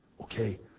okay